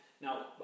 Now